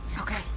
Okay